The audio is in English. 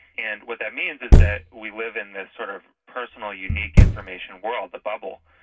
and what that means is that we live in this sort of personal, unique information world, the bubble,